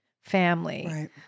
family